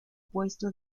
puesto